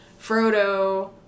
Frodo